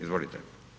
Izvolite.